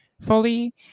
fully